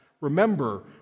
remember